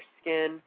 skin